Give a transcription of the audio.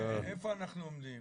איפה אנחנו עומדים?